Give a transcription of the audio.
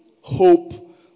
hope